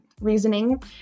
Reasoning